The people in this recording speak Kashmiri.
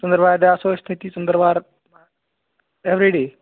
ژٔنٛدٕر وارِ دۄہ آسو أسۍ تٔتی ژٔنٛدٕر وار ایٚوری ڈے